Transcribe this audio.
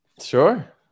sure